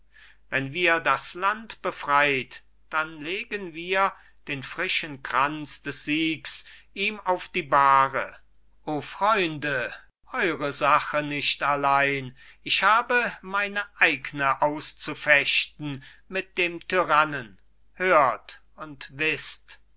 wenn wir das land befreit dann legen wir den frischen kranz des siegs ihm auf die bahre o freunde eure sache nicht allein ich habe meine eigne auszufechten mit dem tyrannen hört und wisst